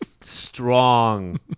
strong